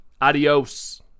Adios